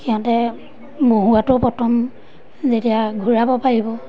সিহঁতে মহুৱাটো প্ৰথম যেতিয়া ঘূৰাব পাৰিব